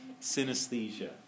Synesthesia